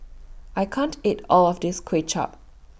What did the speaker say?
I can't eat All of This Kway Chap